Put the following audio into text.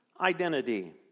identity